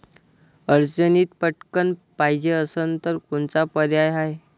अडचणीत पटकण पायजे असन तर कोनचा पर्याय हाय?